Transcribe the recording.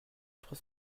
trois